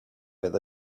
will